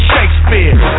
Shakespeare